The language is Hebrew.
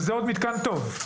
וזה עוד מתקן טוב.